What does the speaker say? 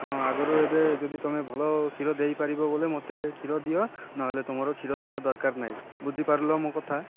ହଁ ଆଗରୁ ଏବେ ଯଦି ତମେ ଭଲ କ୍ଷୀର ଦେଇପାରିବ ବୋଲେ ମୋତେ କ୍ଷୀର ଦିଅ ନହେଲେ ତମର କ୍ଷୀର ଦେବା ଦରକାର ନାଇଁ ବୁଝିପାରିଲ ମୋ କଥା